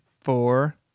four